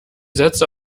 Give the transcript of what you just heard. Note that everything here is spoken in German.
sätze